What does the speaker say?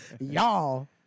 Y'all